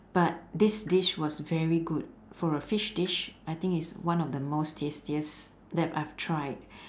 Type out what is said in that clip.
but this dish was very good for a fish dish I think it's one of the most tastiest that I've tried